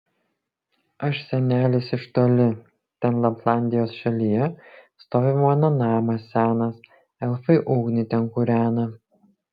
aš senelis iš toli ten laplandijos šalyje stovi mano namas senas elfai ugnį ten kūrena